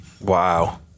Wow